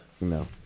No